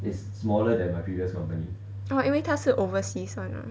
orh 因为他是 overseas [one] ah